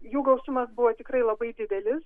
jų gausumas buvo tikrai labai dideli